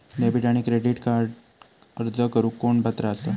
Debit आणि credit कार्डक अर्ज करुक कोण पात्र आसा?